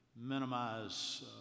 minimize